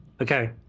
okay